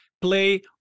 Play